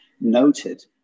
noted